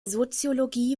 soziologie